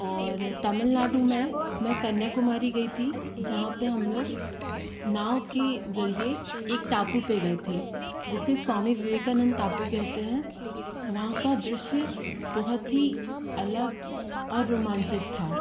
और तमिलनाडु में मैं कन्याकुमारी गई थी जहाँ पे हम लोग नाव के जरिए एक टापू पे गए थे जिसे स्वामी विवेकानंद टापू कहते हैं वहाँ का दृश्य बहुत ही अलग और रोमांचित था